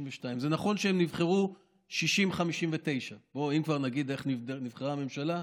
62. זה נכון שהם נבחרו 59:60. אם כבר נגיד איך נבחרה הממשלה,